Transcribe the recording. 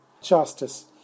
justice